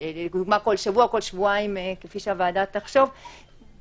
כבר עברו כמה חודשים מאז שהתחלנו לעבוד